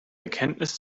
bekenntnis